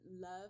love